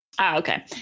Okay